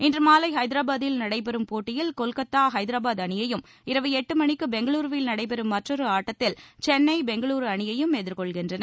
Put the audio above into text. இன்று மாலை ஹைதராபாதில் நடைபெறும் போட்டியில் கொல்கத்தா ஹைதராபாத் அணியையும் இரவு எட்டு மணிக்கு பெங்களூருவில் நடைபெறும் மற்றொரு ஆட்டத்தில் சென்னை பெங்களூரு அணியையும் எதிர்கொள்கின்றன